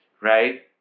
right